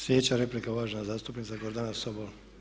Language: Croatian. Sljedeća replika uvažena zastupnica Gordana Sobol.